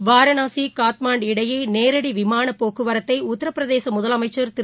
வாரணாசி காத்மண்டு இடையே நேரடி விமானப் போக்குவரத்தை உத்தரப்பிரதேச முதலமைச்சர் திரு